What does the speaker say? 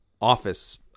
office